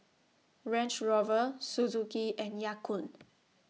Range Rover Suzuki and Ya Kun